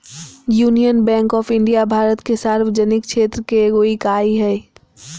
union Bank of India Bharat के सार्वजनिक क्षेत्र के एगो इकाई हइ